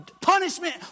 punishment